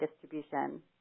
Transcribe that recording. distribution